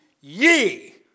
ye